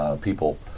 people